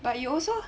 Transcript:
but you also